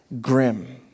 grim